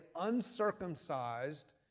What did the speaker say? uncircumcised